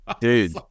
dude